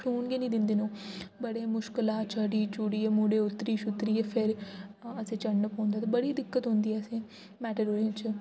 खलोन गै निं दिंदे न ओह् बड़ी मुश्कलें चढ़ी चुढ़ियै मुड़े उत्तरी छुत्तरियै फिर चढ़ना पौंदा बड़ी दिक्कत औंदी ऐ असें ई मेटाडोरें च